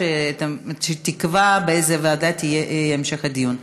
שתקבע באיזו ועדה יהיה המשך הדיון.